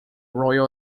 royal